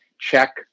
check